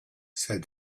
said